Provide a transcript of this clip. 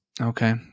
Okay